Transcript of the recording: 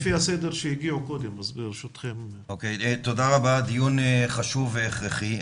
תודה רבה, דיון חשוב והכרחי.